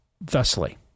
thusly